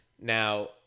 Now